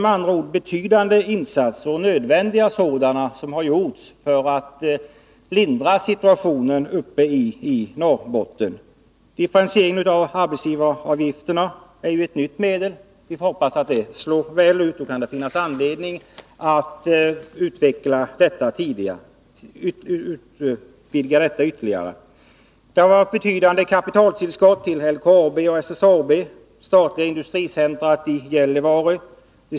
Med andra ord har betydande och nödvändiga insatser gjorts för att lindra situationen i Norrbotten. Exempelvis differentierade arbetsgivaravgifter är ett nytt medel, som vi hoppas slår väl ut, och det kan kanske finnas anledning att utvidga det systemet ytterligare. LKAB och SSAB har fått betydande kapitaltillskott, och ett statligt industricenter i Gällivare har tillkommit.